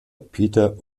peter